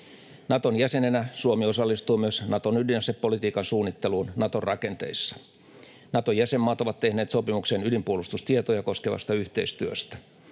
Naton jäsenenä Suomi osallistuu myös Naton ydinasepolitiikan suunnitteluun Naton rakenteissa. Naton jäsenmaat ovat tehneet sopimuksen ydinpuolustustietoja koskevasta yhteistyöstä.